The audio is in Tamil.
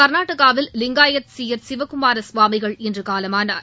கர்நாடகாவில் லியாங்காயத் ஜீயர் சிவக்குமார சுவாமிகள் இன்று காலமானார்